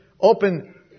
Open